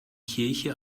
kirche